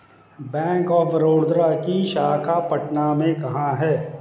Bank of Baroda की शाखा पटना में कहाँ है?